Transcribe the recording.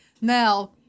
Now